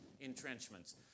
entrenchments